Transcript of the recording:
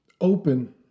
open